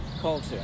culture